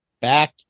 Back